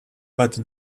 but